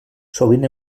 sovint